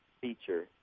feature